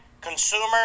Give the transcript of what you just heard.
consumer